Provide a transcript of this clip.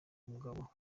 mugabo